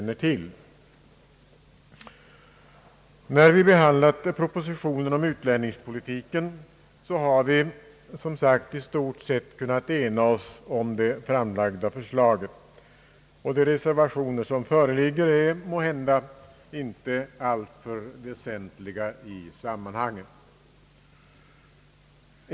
När vi i utskottet har behandlat propositionen om utlänningspolitiken har vi i stort sett kunnat ena oss om det framlagda förslaget. De reservationer som föreligger är måhända inte alltför väsentliga i sammanhanget.